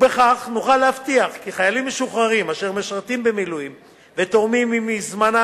וכך נוכל להבטיח כי חיילים משוחררים אשר משרתים במילואים ותורמים מזמנם